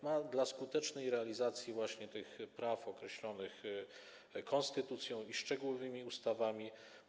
Ma dla skutecznej realizacji właśnie tych praw określonych konstytucją i szczegółowymi ustawami.